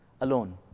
alone